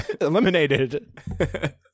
eliminated